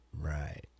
right